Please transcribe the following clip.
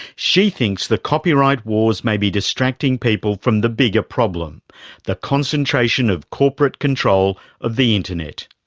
she thinks the copyright wars may be distracting people from the bigger problem the concentration of corporate control of the internet.